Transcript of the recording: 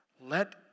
Let